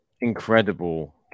incredible